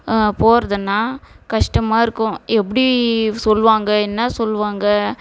போகறதுன்னா கஷ்டமாக இருக்கு எப்படி சொல்வாங்க என்ன சொல்வாங்க